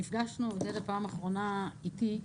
נפגשנו עודדה, פעם אחרונה, איתי,